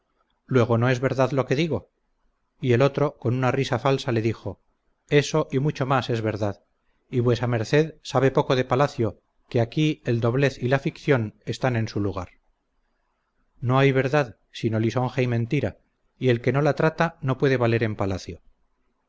luego no es verdad lo que digo y el otro con una risa falsa le dijo eso y mucho más es verdad y vuesa merced sabe poco de palacio que aquí el doblez y la ficción están en su lugar no hay verdad sino lisonja y mentira y el que no la trata no puede valer en palacio